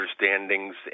understandings